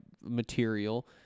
material